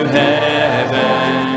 heaven